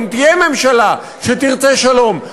אם תהיה ממשלה שתרצה שלום,